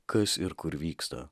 kas ir kur vyksta